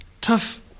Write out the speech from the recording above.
tough